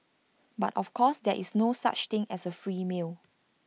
but of course there is no such thing as A free meal